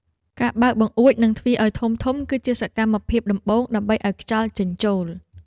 ការបើកបង្អួច និងទ្វារឱ្យធំៗ គឺជាសកម្មភាពដំបូងដើម្បីឱ្យខ្យល់ចេញចូល។